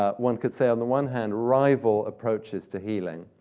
ah one could say on the one hand, rival approaches to healing.